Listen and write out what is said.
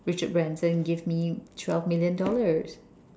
Richard Branson give me twelve million dollars